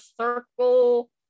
circle